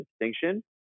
distinction